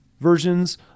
versions